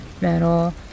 metal